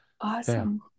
Awesome